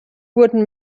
wurden